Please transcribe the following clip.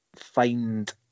find